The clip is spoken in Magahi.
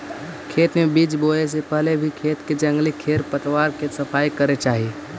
खेत में बीज बोए से पहले भी खेत के जंगली खेर पतवार के सफाई करे चाही